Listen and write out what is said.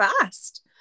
fast